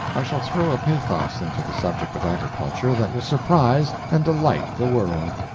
i shall throw a pathos into the subject of agriculture that will surprise and delight the world.